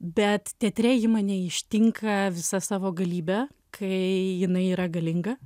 bet teatre ji mane ištinka visa savo galybe kai jinai yra galinga